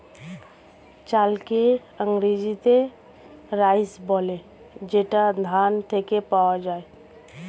চালকে ইংরেজিতে রাইস বলে যেটা ধান থেকে পাওয়া যায়